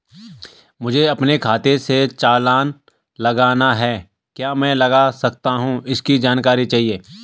मुझे अपने खाते से चालान लगाना है क्या मैं लगा सकता हूँ इसकी जानकारी चाहिए?